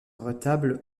retable